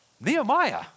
Nehemiah